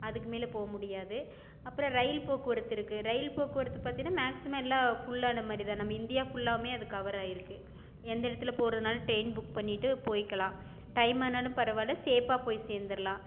அதுக்கு மேலே போக முடியாது அப்புறம் ரயில் போக்குவரத்து இருக்கு ரயில் போக்குவரத்து பாத்தீங்னா மேக்ஸிமம் எல்லாம் ஃபுல்லான மாதிரி தான் நம்ம இந்தியா ஃபுல்லாகவுமே அது கவராயிருக்கு எந்த இடத்துல போகிறதுனாலும் டிரெயின் புக் பண்ணிகிட்டு போய்க்கலாம் டைமானாலும் பரவாயில்ல சேஃப்பா போய் சேந்துடலாம்